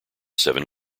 seven